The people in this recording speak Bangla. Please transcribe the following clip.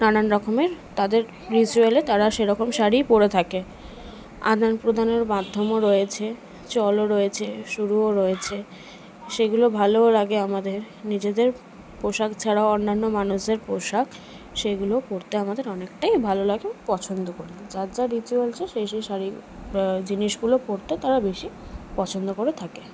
নানান রকমের তাদের রিচুয়ালে তারা সেরকম শাড়ি পরে থাকে আদান প্রদানের মাধ্যমও রয়েছে চলও রয়েছে শুরুও রয়েছে সেগুলো ভালোও লাগে আমাদের নিজেদের পোশাক ছাড়াও অন্যান্য মানুষদের পোশাক সেইগুলোও পরতে আমদের অনেকটাই ভালো লাগে পছন্দ করি যার যা রিচুয়াল আছে সে সেই শাড়ি জিনিসগুলো পরতে তারা বেশি পছন্দ করে থাকে